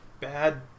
bad